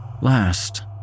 last